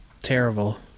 terrible